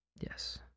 Yes